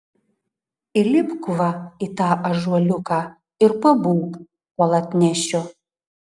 įlipk va į tą ąžuoliuką ir pabūk kol atnešiu